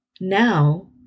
Now